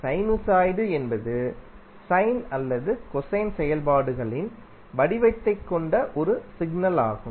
sinusoid என்பது sine அல்லது cosine செயல்பாடுகளின் வடிவத்தைக் கொண்ட ஒரு சிக்னல் ஆகும்